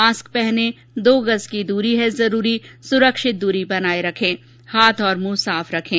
mask पहनें दो गज़ की दूरी है जरूरी सुरक्षित दूरी बनाए रखें हाथ और मुंह साफ रखें